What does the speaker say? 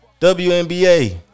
WNBA